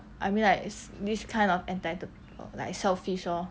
I mean like this kind of entitled or like selfish lor